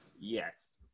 Yes